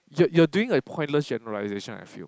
you're you're doing a pointless generalization I feel